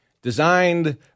designed